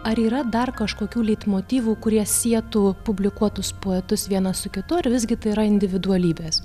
ar yra dar kažkokių leitmotyvų kurie sietų publikuotus poetus vienas su kitu ar vis gi tai yra individualybės